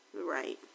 Right